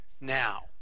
now